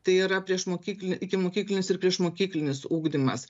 tai yra priešmokyklinę ikimokyklinis ir priešmokyklinis ugdymas